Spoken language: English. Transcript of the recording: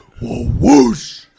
whoosh